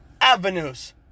avenues